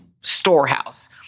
storehouse